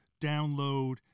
download